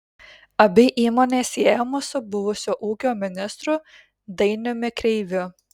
abi įmonės siejamos su buvusiu ūkio ministru dainiumi kreiviu